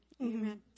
Amen